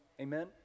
Amen